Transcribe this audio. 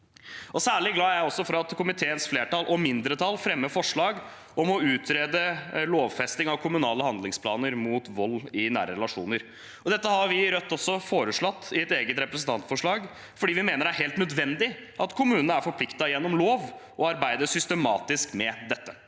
Særlig glad er jeg for at komiteens flertall – og mindretall – fremmer forslag om å utrede lovfesting av kommunale handlingsplaner mot vold i nære relasjoner. Dette har vi i Rødt også foreslått i et eget representantforslag, fordi vi mener det er helt nødvendig at kom munene er forpliktet gjennom lov til å arbeide systematisk med dette,